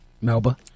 Melba